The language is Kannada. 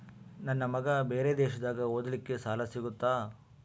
ನನ್ನ ಮಗ ಬೇರೆ ದೇಶದಾಗ ಓದಲಿಕ್ಕೆ ಸಾಲ ಸಿಗುತ್ತಾ?